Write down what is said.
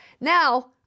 Now